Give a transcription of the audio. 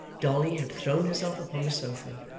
dolly had thrown herself upon the sofa,